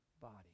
body